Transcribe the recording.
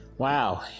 Wow